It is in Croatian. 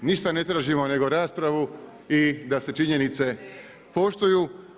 Ništa ne tražimo, nego raspravu i da se činjenice poštuju.